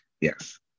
Yes